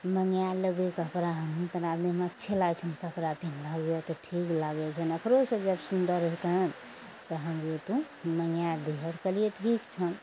मङाए लेबय कपड़ा हमहूँ तोरा देहमे अच्छे लागय छन कपड़ा तऽ हमरा लिये तऽ ठीक लागय छनि एकरोसँ जब सुन्दर हेतनि तऽ हमरो अइठुन मँगाय दिअह कहलियै ठीक छन